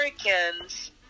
Americans